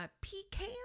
pecan